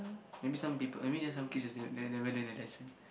that mean some people I mean just some kids just never never learn their lesson